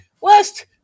West